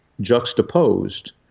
juxtaposed